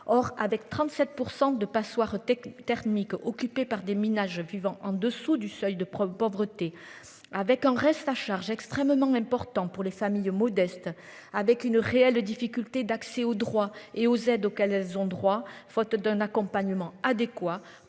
Or, avec 37% de passoires technique thermique occupés par des ménages vivant en dessous du seuil de preuves pauvreté. Avec un reste à charge extrêmement important pour les familles modestes avec une réelle de difficultés d'accès aux droits et aux aides auxquelles elles ont droit, faute d'un accompagnement adéquat.